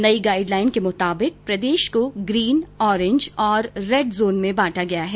नई गाईडलाईन के मुताबिक प्रदेश को ग्रीन ओरेंज और रेड जोन में बाटा गया है